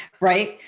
Right